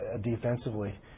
defensively